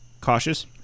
cautious